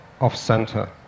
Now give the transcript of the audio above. off-center